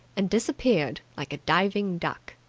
and disappeared like a diving duck.